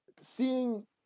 seeing